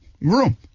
room